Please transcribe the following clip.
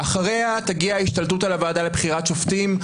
אחריה תגיע ההשתלטות על הוועדה לבחירת שופטים,